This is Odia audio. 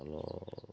ଆମ